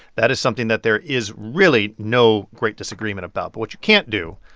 that is something that there is really no great disagreement about. but what you can't do,